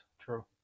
true